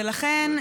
ולכן,